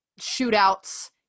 shootouts